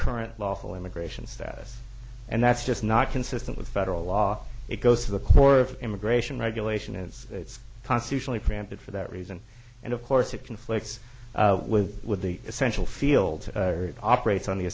current lawful immigration status and that's just not consistent with federal law it goes to the core of immigration regulation is it's constitutionally preempted for that reason and of course it conflicts with with the essential field operates on the